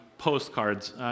postcards